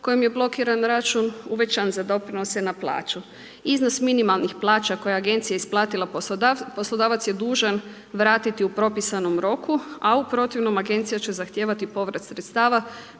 kojemu je blokiran račun uvećan za doprinose na plaću. Iznos minimalnih plaća koje je agencija isplatila poslodavcu, poslodavac je dužan vratiti u propisanom roku a u protivnom agencija će zahtijevati povrat sredstava